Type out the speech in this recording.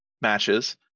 matches